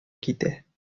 китә